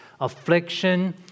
Affliction